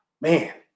man